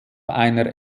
einer